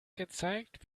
gezeigt